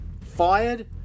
fired